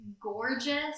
gorgeous